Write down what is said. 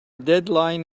deadline